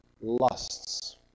lusts